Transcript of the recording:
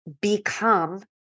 become